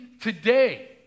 today